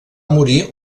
morir